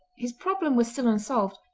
his problem was still unsolved,